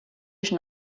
schon